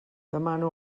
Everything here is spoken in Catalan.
demano